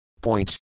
Point